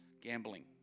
gambling